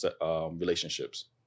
relationships